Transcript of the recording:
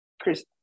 Chris